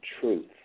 truth